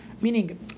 meaning